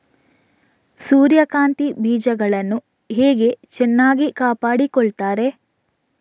ಸೂರ್ಯಕಾಂತಿ ಬೀಜಗಳನ್ನು ಹೇಗೆ ಚೆನ್ನಾಗಿ ಕಾಪಾಡಿಕೊಳ್ತಾರೆ?